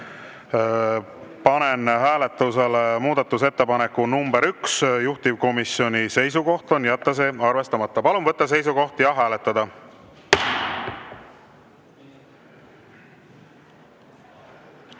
Panen hääletusele muudatusettepaneku nr 1. Juhtivkomisjoni seisukoht on jätta see arvestamata. Palun võtta seisukoht ja hääletada!